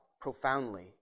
profoundly